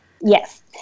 yes